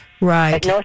right